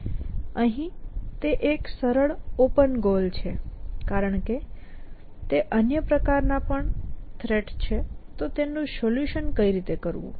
અહીં તે એક સરળ ઓપન ગોલ છે કારણ કે તે અન્ય પ્રકાર ના પણ થ્રેટ છે તો તેનું સોલ્યુશન કઈ રીતે કરવું